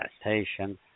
station